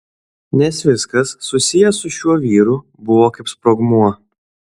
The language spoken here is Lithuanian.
nes viskas susiję su šiuo vyru buvo kaip sprogmuo